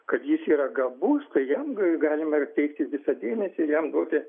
kad jis yra gabus tai jam galima ir teikti visą dėmesį jam duoti